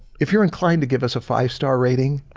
if you're inclined to give us a five star rating